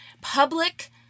public